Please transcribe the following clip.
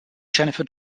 jennifer